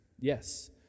yes